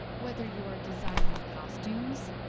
whether you are designing the costumes,